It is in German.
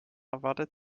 erwartet